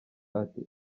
ati